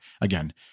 again